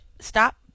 stop